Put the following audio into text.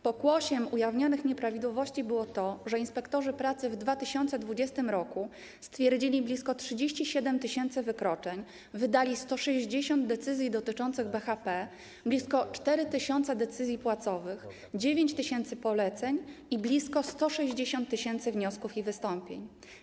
Pokłosiem ujawnionych nieprawidłowości było to, że inspektorzy pracy w 2020 r. stwierdzili blisko 37 tys. wykroczeń, wydali 160 decyzji dotyczących BHP, blisko 4 tys. decyzji płacowych, 9 tys. poleceń i blisko 160 tys. wniosków i wystąpień.